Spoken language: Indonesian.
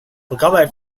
pegawai